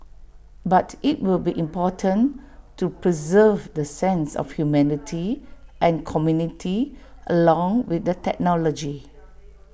but IT will be important to preserve the sense of humanity and community along with the technology